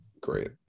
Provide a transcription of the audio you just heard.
great